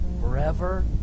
Forever